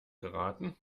geraten